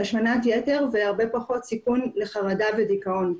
להשמנת יתר והרבה פחות סיכון לחרדה ודיכאון.